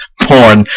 porn